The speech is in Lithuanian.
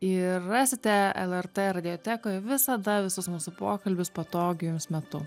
ir rasite lrt radiotekoj visada visus mūsų pokalbius patogiu metu